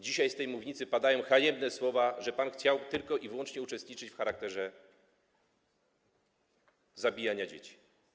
Dzisiaj z tej mównicy padają haniebne słowa, że pan chciał tylko i wyłącznie uczestniczyć w charakterze... zabijania dzieci.